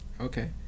Okay